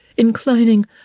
inclining